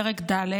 פרק ד',